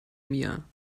mir